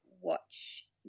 watch